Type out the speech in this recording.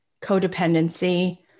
codependency